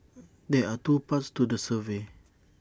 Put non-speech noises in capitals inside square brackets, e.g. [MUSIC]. [NOISE] there are two parts to the survey